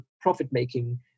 profit-making